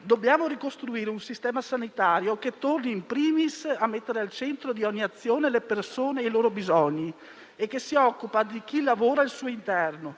Dobbiamo ricostruire un sistema sanitario che torni *in primis* a mettere al centro di ogni azione le persone e i loro bisogni e che si occupi di chi lavora al suo interno.